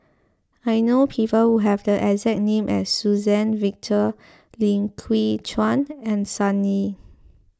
I know people who have the exact name as Suzann Victor Lim Chwee Chian and Sun Yee